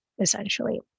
essentially